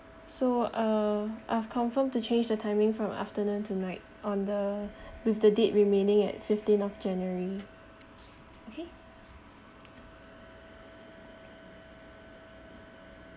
so uh I've confirmed to change the timing from afternoon to night on the with the date remaining at fifteen of january okay